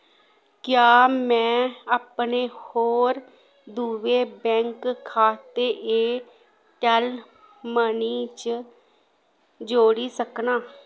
क्या मैं अपने होर दुए बैंक खाते एयरटैल्ल मनी च जोड़ी सकनां